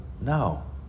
No